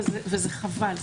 וזה חבל.